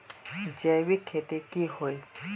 जैविक खेती की होय?